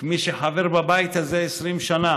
וכמי שחבר בבית הזה 20 שנה